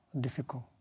difficult